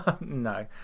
no